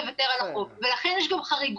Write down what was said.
לא, היא מתארת ועדות הרטרו, היא מדברת על ההחלטה